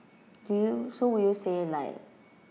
do you so would you say like